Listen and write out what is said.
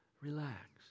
relax